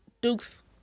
Duke's